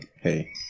hey